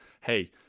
hey